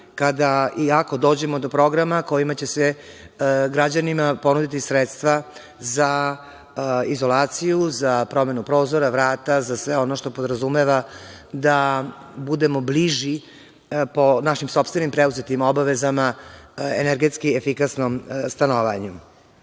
kada i ako dođemo do programa kojima će građanima ponuditi sredstva za izolaciju, za promenu prozora, vrata, za sve ono što podrazumeva da budemo bliži po našim sopstvenim preuzetim obavezama energetski efikasnom stanovanju. Ovaj